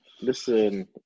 listen